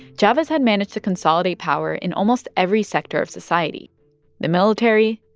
chavez had managed to consolidate power in almost every sector of society the military,